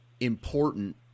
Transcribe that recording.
important